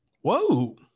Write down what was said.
Whoa